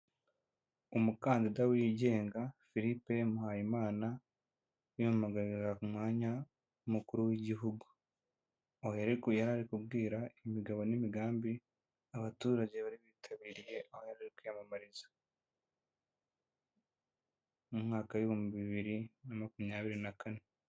Umukandida wigenga Philippe Mpayimana, ari kwiyamamariza ku mwanya w'umukuru w'igihugu. Aha rero akaba yari ari kubwira imigabo n'imigambi abaturage bitabiriye aho yari Ari kwiyamamariza mu mwaka wa bibiri na makumyabiri na kane.